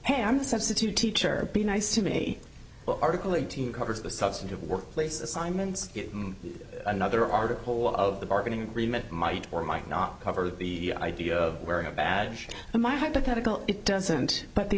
hey i'm a substitute teacher be nice to me well article eighteen covers the substance of workplace assignments another article of the bargaining agreement might or might not cover the idea of wearing a badge and my hypothetical it doesn't but the